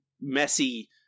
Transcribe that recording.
messy